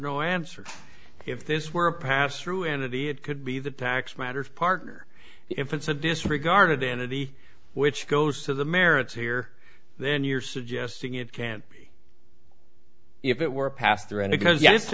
no answer if this were a pass through entity it could be that tax matters partner if it's a disregarded entity which goes to the merits here then you're suggesting it can't be if it were passed around because